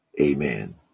Amen